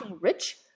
rich